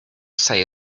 say